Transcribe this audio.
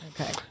Okay